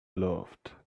loved